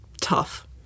tough